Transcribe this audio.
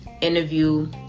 interview